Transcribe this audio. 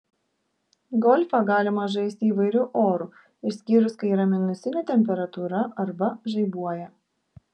golfą galima žaisti įvairiu oru išskyrus kai yra minusinė temperatūra arba žaibuoja